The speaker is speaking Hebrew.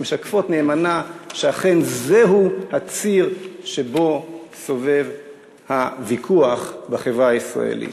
משקפים נאמנה שאכן זהו הציר שבו סובב הוויכוח בחברה הישראלית.